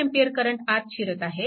1A current आत शिरत आहे